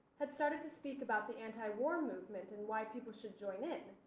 had started to speak about the anti-war movement and why people should join in,